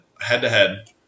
head-to-head